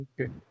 Okay